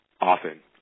Often